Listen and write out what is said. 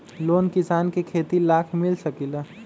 Loan किसान के खेती लाख मिल सकील?